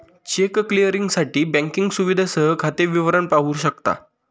check क्लिअरिंगसाठी banking सुविधेसह खाते विवरण पाहू शकता